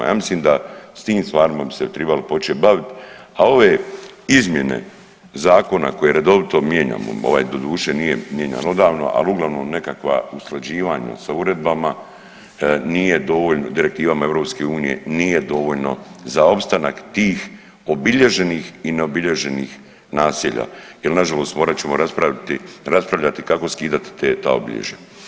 Ja mislim da s tim stvarima bi se tribali početi baviti, a ove izmjene zakona koje redovito mijenjamo, ovaj doduše nije mijenjan odavno, ali uglavnom nekakva usklađivanja sa uredbama nije dovoljno direktivama EU nije dovoljno za opstanak tih obilježenih i ne obilježenih naselja jer nažalost morat ćemo raspravljati kako skidati ta obilježja.